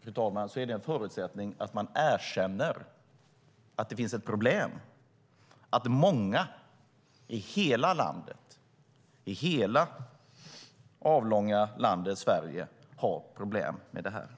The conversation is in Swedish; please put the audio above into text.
fru talman, är förutsättningen att man erkänner att det finns ett problem, att många i hela landet, i hela det avlånga landet Sverige har problem med det här.